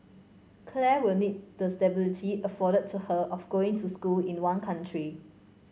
Claire will need the stability afforded to her of going to school in one country